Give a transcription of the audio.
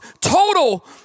total